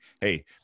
hey